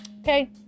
Okay